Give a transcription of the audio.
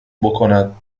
بکند